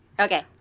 Okay